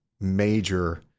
major